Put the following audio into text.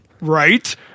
Right